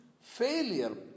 failure